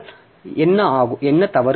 எனவே என்ன தவறு